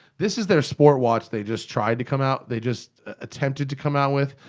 this is their sport watch they just tried to come out. they just attempted to come out with.